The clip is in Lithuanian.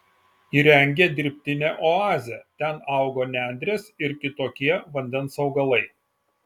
įrengė dirbtinę oazę ten augo nendrės ir kitokie vandens augalai